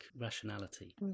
rationality